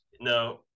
No